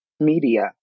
Media